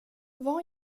var